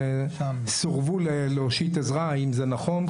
וסורבו להושיט עזרה, האם זה נכון?